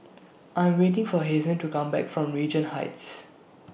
I'm waiting For Hazen to Come Back from Regent Heights